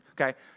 okay